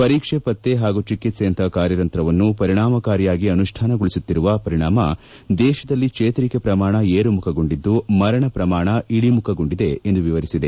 ಪರೀಕ್ಷೆ ಪತ್ತೆ ಹಾಗೂ ಚಿಕಿತ್ಪೆಯಂತಹ ಕಾರ್ಯತಂತ್ರವನ್ನು ಪರಿಣಾಮಕಾರಿಯಾಗಿ ಅನುಷ್ಠಾನಗೊಳಿಸುತ್ತಿರುವ ಪರಿಣಾಮ ದೇಶದಲ್ಲಿ ಚೇತರಿಕೆ ಪ್ರಮಾಣ ಏರುಮುಖಗೊಂಡಿದ್ದು ಮರಣ ಪ್ರಮಾಣ ಇಳಿಮುಖಗೊಂಡಿದೆ ಎಂದು ವಿವರಿಸಿದೆ